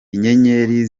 inyenyeri